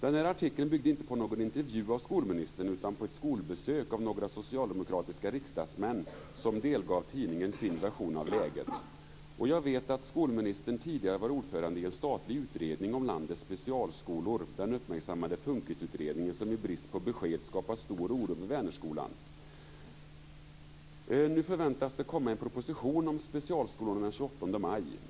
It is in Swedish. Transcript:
Den här artikeln byggde inte på någon intervju med skolministern utan på ett skolbesök av några socialdemokratiska riksdagsmän som delgav tidningen sin version av läget. Jag vet att skolministern tidigare har varit ordförande i en statlig utredning om landets specialskolor, den uppmärksammade Funkisutredningen, som i brist på besked skapar stor oro på Vänerskolan. Det förväntas komma en proposition om specialskolorna den 28 maj.